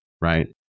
Right